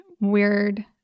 weird